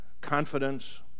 confidence